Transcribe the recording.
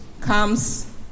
comes